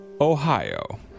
Ohio